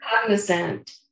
cognizant